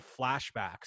flashbacks